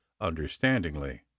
understandingly